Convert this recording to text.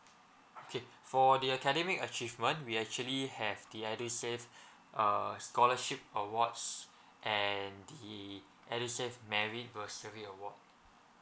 okay for the academic achievement we actually have the edusave uh scholarship awards and the edusave married bursary award